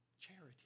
Charity